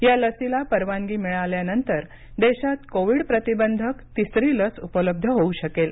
या लसीला परवानगी मिळाल्यानंतर देशात कोविड प्रतिबंधक तिसरी लस उपलब्ध होऊ शकेल